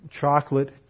chocolate